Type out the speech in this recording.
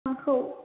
माखौ